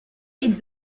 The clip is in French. les